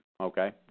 Okay